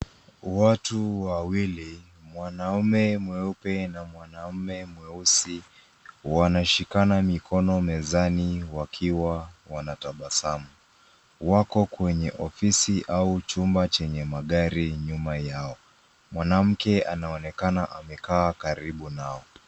Watu wawili, mwanaume mweupe na mwanaume mweusi wanashikana mikono mezani wakiwa wanatabasamu. Wako kwenye ofisi au chumba chenye magari nyuma yao. Mwanamke anaonekana amekaa karibu nao.